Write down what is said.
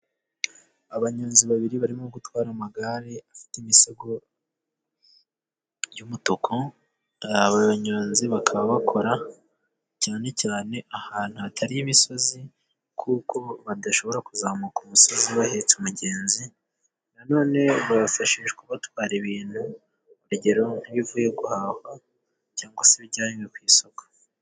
Abanyonzi babiri barimo gutwara amagare afite imisego y'umutuku. Abanyonzi bakaba bakora cyane cyane ahantu hatari imisozi, kuko badashobora kuzamuka umusozi bahetse umugenzi. Nanone bifashishwa batwara ibintu, uru rugero nk'ibivuye guhahwa cyangwa se ibijyanywe ku isoko.